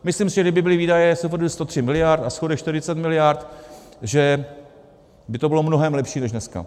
Myslím si, že kdyby byly výdaje 103 mld. a schodek 40 mld., že by to bylo mnohem lepší než dneska.